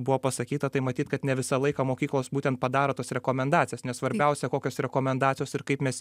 buvo pasakyta tai matyt kad ne visą laiką mokyklos būtent padaro tas rekomendacijas svarbiausia kokios rekomendacijos ir kaip mes